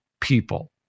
people